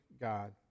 God